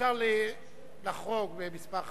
אפשר לחרוג במספר,